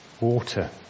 water